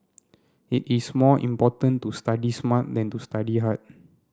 it is more important to study smart than to study hard